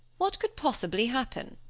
what could possibly happen?